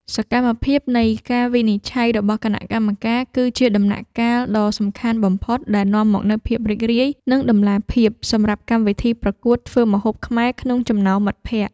សកម្មភាពនៃការវិនិច្ឆ័យរបស់គណៈកម្មការ គឺជាដំណាក់កាលដ៏សំខាន់បំផុតដែលនាំមកនូវភាពរំភើប និងតម្លាភាពសម្រាប់កម្មវិធីប្រកួតធ្វើម្ហូបខ្មែរក្នុងចំណោមមិត្តភក្តិ។